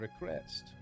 request